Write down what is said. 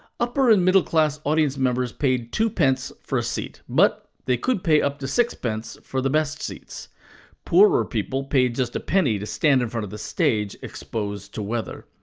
upper and middle-class audience members paid two pence for a seat, but they could pay up to sixpence for the best seats poorer people paid just, penny to stand in front of the stage, exposed to weather.